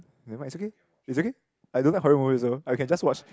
never mind it's okay it's okay I don't like horror movies also I can just watch